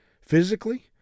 physically